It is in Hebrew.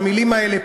המילים האלה,